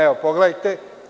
Evo, pogledajte.